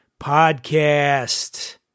podcast